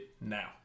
now